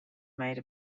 made